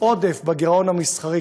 עודף בגירעון המסחרי,